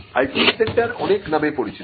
IP centre অনেক নামে পরিচিত